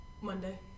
Monday